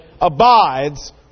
abides